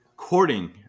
Courting